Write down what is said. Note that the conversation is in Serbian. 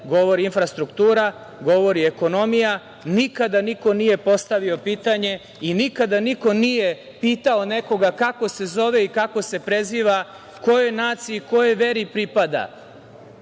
govori infrastruktura, govori ekonomija. Nikada niko nije postavio pitanje i nikada niko nije pitao nekoga kako se zove i kako se preziva, kojoj naciji i kojoj veri pripada,